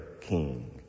king